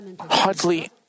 hardly